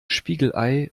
spiegelei